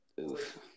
Oof